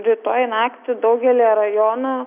rytoj naktį daugelyje rajonų